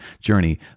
journey